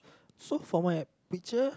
so from my picture